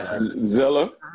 Zilla